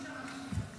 סדר-היום: